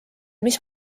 mis